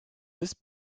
this